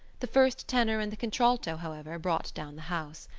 the first tenor and the contralto, however, brought down the house.